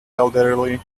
elderly